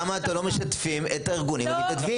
למה אתם לא משתפים את ארגוני המתנדבים?